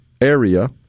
area